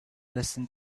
listen